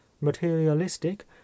materialistic